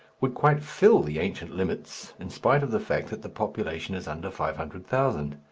would quite fill the ancient limits, in spite of the fact that the population is under five hundred thousand.